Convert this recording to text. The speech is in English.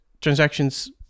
transactions